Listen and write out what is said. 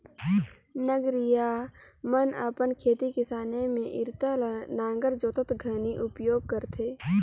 नगरिहा मन अपन खेती किसानी मे इरता ल नांगर जोतत घनी उपियोग करथे